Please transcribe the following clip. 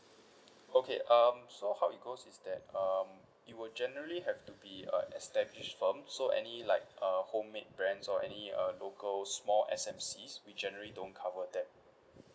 okay um so how it goes is that um it will generally have to be a established firm so any like uh homemade brands or any uh local small S_M_Cs we generally don't cover that